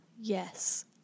Yes